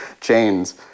chains